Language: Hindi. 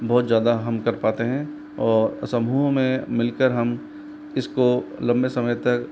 बहुत ज़्यादा हम कर पाते हैं और समूह मे मिलकर हम इसको लम्बे समय तक